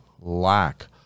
lack